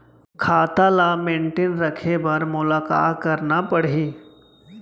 खाता ल मेनटेन रखे बर मोला का करना पड़ही?